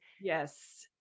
Yes